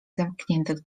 zamkniętych